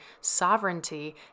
sovereignty